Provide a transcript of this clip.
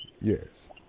Yes